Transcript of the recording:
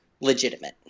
legitimate